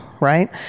Right